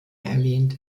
erwähnt